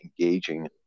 engaging